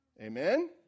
Amen